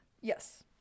Yes